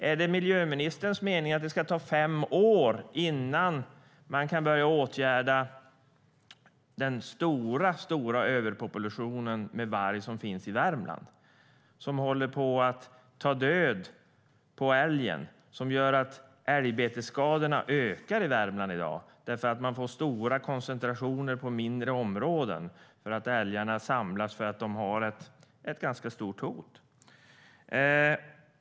Är det miljöministerns mening att det ska ta fem år innan man kan börja åtgärda den stora överpopulation av varg som finns i Värmland? Den håller på att ta död på älgen och gör att älgbetesskadorna ökar i Värmland i dag. Man får stora koncentrationer på mindre områden när älgarna samlas för att det finns ett ganska stort hot mot dem.